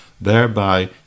thereby